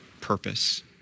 purpose